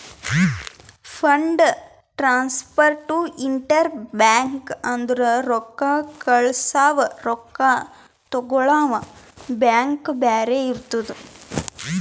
fund transfer to inter bank ಅಂದುರ್ ರೊಕ್ಕಾ ಕಳ್ಸವಾ ರೊಕ್ಕಾ ತಗೊಳವ್ ಬ್ಯಾಂಕ್ ಬ್ಯಾರೆ ಇರ್ತುದ್